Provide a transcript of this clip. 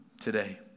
today